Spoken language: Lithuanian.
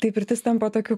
tai pirtis tampa tokiu